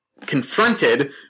confronted